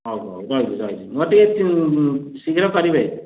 ହଉ ହଉ ରହିଲି ରହିଲି ମୋର ଟିକେ ଶୀଘ୍ର କରିବେ